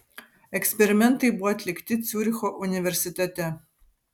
eksperimentai buvo atlikti ciuricho universitete